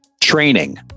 training